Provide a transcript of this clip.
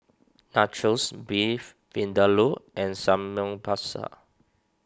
Nachos Beef Vindaloo and Samgyeopsal